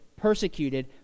persecuted